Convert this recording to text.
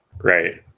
right